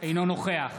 אינו נוכח